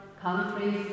countries